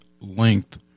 length